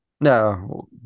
No